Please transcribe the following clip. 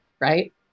Right